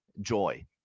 joy